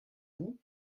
vous